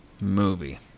movie